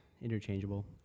interchangeable